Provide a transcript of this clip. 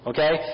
Okay